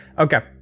Okay